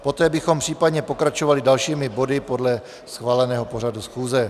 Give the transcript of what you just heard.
Poté bychom případně pokračovali dalšími body podle schváleného pořadu schůze.